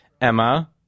Emma